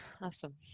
awesome